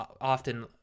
often